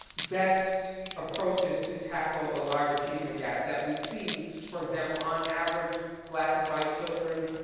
best approaches to tackle the large achievement gaps that we see, for example, on average black and white children,